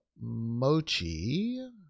mochi